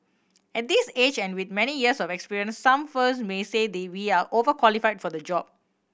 at this age and with many years of experience some firms may say they we are overqualify for the job